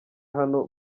hano